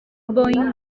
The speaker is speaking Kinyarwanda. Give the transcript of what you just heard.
boeing